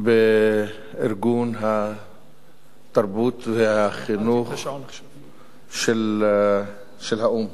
בארגון התרבות והחינוך של האו"ם.